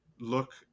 look